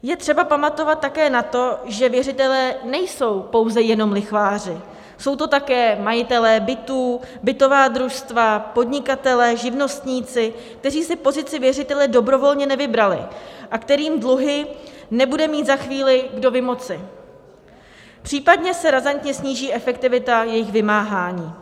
Je třeba pamatovat také na to, že věřitelé nejsou pouze jenom lichváři, jsou to také majitelé bytů, bytová družstva, podnikatelé, živnostníci, kteří si pozici věřitele dobrovolně nevybrali a kterým dluhy nebude mít za chvíli kdo vymoci, případně se razantně sníží efektivita jejich vymáhání.